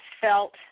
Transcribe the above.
felt